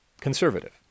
conservative